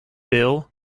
bill